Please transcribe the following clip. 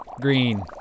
green